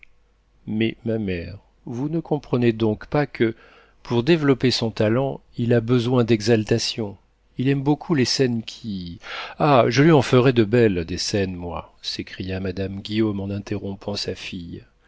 mais ma mère vous ne comprenez donc pas que pour développer son talent il a besoin d'exaltation il aime beaucoup les scènes qui ah je lui en ferais de belles des scènes moi s'écria madame guillaume en interrompant sa fille